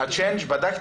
הצ'יינג', בדקת?